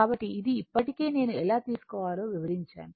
కాబట్టి ఇది ఇప్పటికే నేను ఎలా తీసుకోవాలో వివరించాను